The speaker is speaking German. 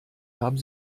haben